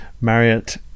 Marriott